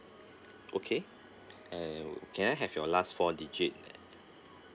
okay and can I have your last four digit